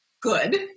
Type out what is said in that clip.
good